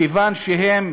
מכיוון שהם